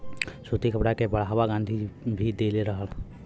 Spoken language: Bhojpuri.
सूती कपड़ा के बढ़ावा गाँधी भी देले रहलन